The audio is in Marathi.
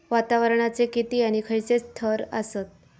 वातावरणाचे किती आणि खैयचे थर आसत?